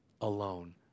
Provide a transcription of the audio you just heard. alone